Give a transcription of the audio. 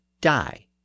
die